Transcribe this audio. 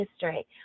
History